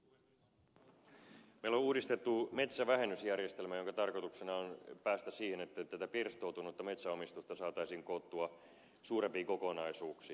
meillä on uudistettu metsävähennysjärjestelmä jonka tarkoituksena on päästä siihen että tätä pirstoutunutta metsäomistusta saataisiin koottua suurempiin kokonaisuuksiin